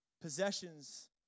possessions